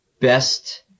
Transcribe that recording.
best